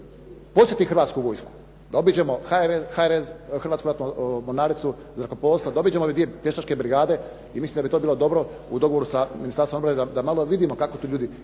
posjeti Hrvatsku vojsku, da obiđemo HRZ, Hrvatsku ratnu mornaricu, zrakoplovstvo, da obiđemo ove dvije pješačke brigade i mislim da bi to bilo dobro u dogovoru sa Ministarstvom obrane da malo vidimo kako to ljudi